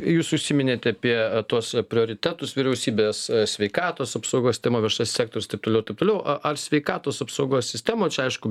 jūs užsiminėt apie tuos prioritetus vyriausybės sveikatos apsaugos tema viešasis sektorius taip toliau ir taip toliau ar sveikatos apsaugos sistemoj čia aišku